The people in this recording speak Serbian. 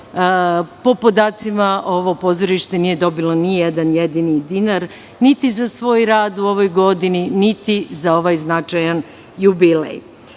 Po podacima ovo pozorište nije dobilo nijedan jedini dinar, niti za svoj radu u ovoj godini, niti za ovaj značajan jubilej. Važno